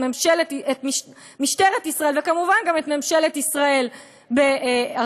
את משטרת ישראל וכמובן גם את ממשלת ישראל בארצות-הברית.